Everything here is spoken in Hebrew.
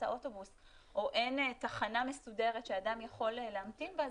האוטובוס או אין תחנה מסודרת שאדם יכול להמתין בה,